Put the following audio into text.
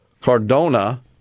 Cardona